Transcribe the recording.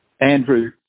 Andrew